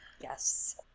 Yes